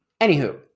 Anywho